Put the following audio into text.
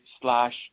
slash